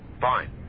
Fine